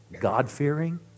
God-fearing